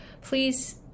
please